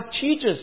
teaches